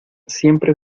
siempre